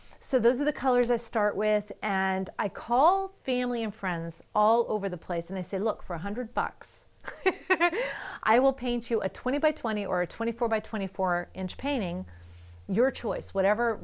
so those are the colors i start with and i call family and friends all over the place and i said look for a hundred bucks i will paint you a twenty by twenty or a twenty four by twenty four inch painting your choice whatever